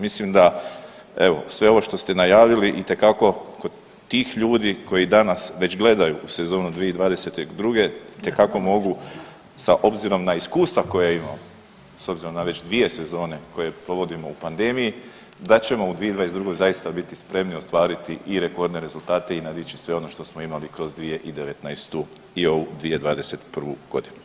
Mislim da, evo sve ovo što ste najavili itekako kod tih ljudi koji danas već gledaju sezonu 2022. itekako mogu sa obzirom na iskustva koja imaju, s obzirom na već dvije sezone koje provodimo u pandemiji da ćemo u 2022. zaista biti spremni ostvariti i rekordne rezultate i nadići sve ono što smo imali kroz 2019. i ovu 2021.g.